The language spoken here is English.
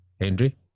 Henry